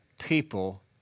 people